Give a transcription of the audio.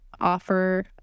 offer